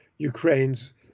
Ukraine's